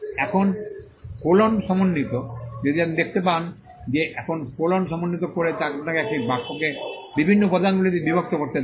এখন কোলন সমন্বিত যদি আপনি দেখতে পান যে এখন কোলন সমন্বিত করে আপনাকে একটি বাক্যকে বিভিন্ন উপাদানগুলিতে বিভক্ত করতে দেয়